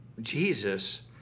Jesus